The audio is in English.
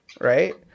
Right